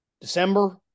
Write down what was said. December